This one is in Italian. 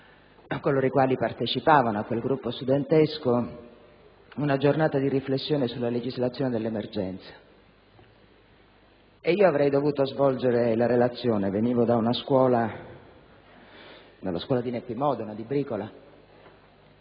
coloro i quali partecipavano a quel gruppo studentesco), una giornata di riflessione sulla legislazione dell'emergenza. Io avrei dovuto svolgere la relazione. Venivo dalla scuola di Neppi Modona, di Bricola.